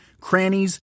crannies